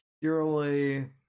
purely